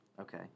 Okay